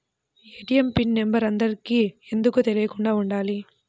ATM pin number అందరికి ఎందుకు తెలియకుండా ఉండాలి?